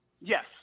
Yes